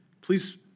Please